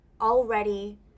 already